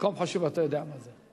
מקום חשוב, אתה יודע מה זה.